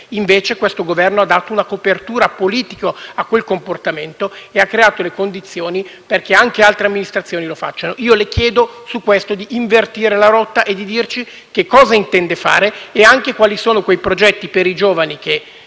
Invece, questo Governo ha dato una copertura politica a quel comportamento e ha creato le condizioni perché anche altre amministrazioni lo facciano. Io le chiedo di invertire la rotta e di dirci che cosa intende fare e anche quali sono quei progetti per i giovani che